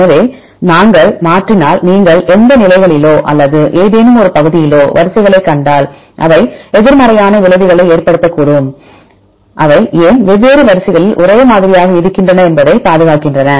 எனவே நாங்கள் மாற்றினால் நீங்கள் எந்த நிலைகளிலோ அல்லது ஏதேனும் ஒரு பகுதியிலோ வரிசைகளைக் கண்டால் அவை எதிர்மறையான விளைவுகளை ஏற்படுத்தக்கூடும் அவை ஏன் வெவ்வேறு வரிசைகளில் ஒரே மாதிரியாக இருக்கின்றன என்பதைப் பாதுகாக்கின்றன